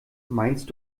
meinst